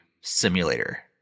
simulator